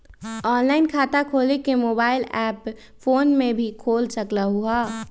Online खाता खोले के मोबाइल ऐप फोन में भी खोल सकलहु ह?